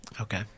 Okay